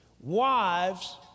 Wives